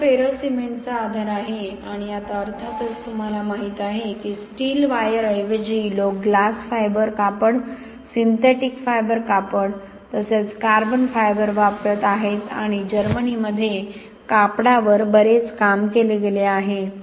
तर तो फेरो सिमेंटचा आधार आहे आणि आता अर्थातच तुम्हाला माहीत आहे की स्टील वायरऐवजी लोक ग्लास फायबर कापड सिंथेटिक फायबर कापड तसेच कार्बन फायबर वापरत आहेत आणि जर्मनीमध्ये कापडावर बरेच काम केले गेले आहे